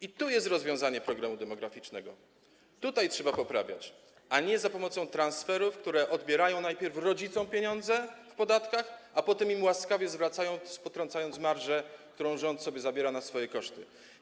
I tu jest rozwiązanie problemu demograficznego, tutaj trzeba poprawiać, a nie za pomocą transferów, które odbierają najpierw rodzicom pieniądze w podatkach, a potem im łaskawie zwracają, z potrąceniem marży, którą rząd sobie zabiera na swoje koszty.